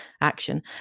action